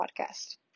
podcast